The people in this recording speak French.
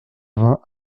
vingt